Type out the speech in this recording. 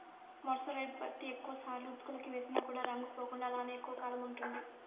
mercerised పత్తి ఎక్కువ సార్లు ఉతుకులకి వేసిన కూడా రంగు పోకుండా అలానే ఎక్కువ కాలం ఉంటుంది